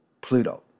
Pluto